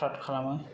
फ्राथ खालामो